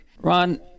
Ron